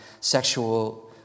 sexual